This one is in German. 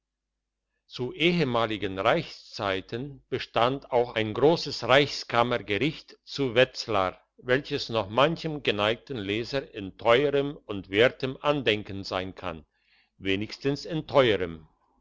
zu ehemaligen reichszeiten bestand auch ein grosses reichskammergericht zu wetzlar welches noch manchem geneigtem leser in teuerem und wertem andenken sein kann wenigstens in teuerem